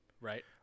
Right